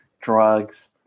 drugs